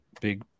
big